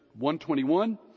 121